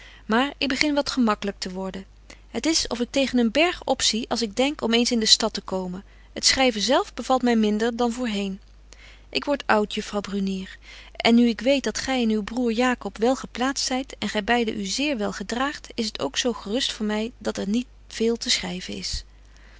maar ik begin wat gemaklyk te worden het is of ik tegen een berg op zie als ik denk om eens in de stad te komen het schryven zelf bevalt my minder dan voorheen ik word oud juffrouw brunier en nu ik weet dat gy en uw broêr jacob wel geplaatst zyt en gy beide u zeer wel gedraagt is het ook zo gerust voor my dat er niet veel te schryven is